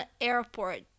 Airport